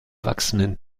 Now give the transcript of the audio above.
wachsenden